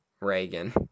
Reagan